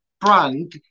brand